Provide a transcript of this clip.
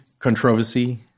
Controversy